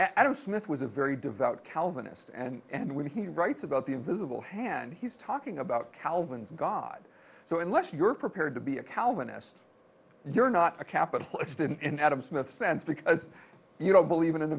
adam smith was a very devout calvinist and when he writes about the invisible hand he's talking about calvin's god so unless you're prepared to be a calvinist you're not a capitalist in an adam smith sense because you don't believe in an